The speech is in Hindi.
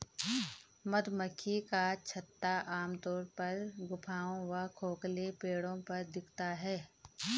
मधुमक्खी का छत्ता आमतौर पर गुफाओं व खोखले पेड़ों पर दिखता है